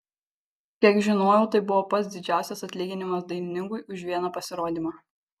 kiek žinojau tai buvo pats didžiausias atlyginimas dainininkui už vieną pasirodymą